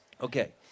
Okay